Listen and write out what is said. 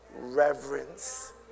reverence